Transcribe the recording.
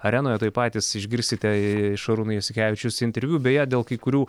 arenoje tai patys išgirsite šarūno jasikevičiaus interviu beje dėl kai kurių